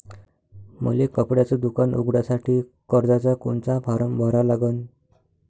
मले कपड्याच दुकान उघडासाठी कर्जाचा कोनचा फारम भरा लागन?